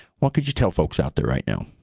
what could you tell folks out there right now?